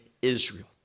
israel